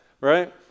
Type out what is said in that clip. right